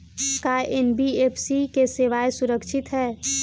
का एन.बी.एफ.सी की सेवायें सुरक्षित है?